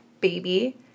baby